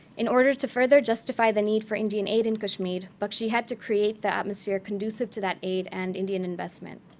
in order to further justify the need for indian aid in kashmir, bakshi had to create the atmosphere conducive to that aid and indian investment.